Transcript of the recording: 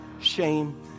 shame